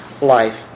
life